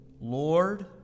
Lord